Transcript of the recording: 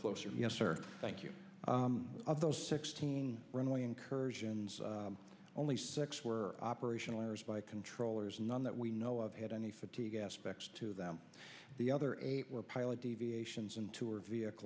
closer yes or thank you of those sixteen runway incursions only six were operational errors by controllers none that we know of had any fatigue aspects to them the other eight were pilot deviations into her vehicle